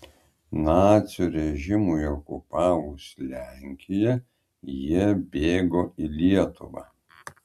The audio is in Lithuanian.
nacių režimui okupavus lenkiją jie bėgo į lietuvą